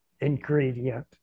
ingredient